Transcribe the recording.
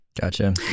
gotcha